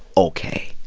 ok,